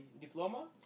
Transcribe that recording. diploma